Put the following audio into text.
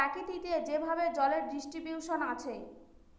প্রকৃতিতে যেভাবে জলের ডিস্ট্রিবিউশন আছে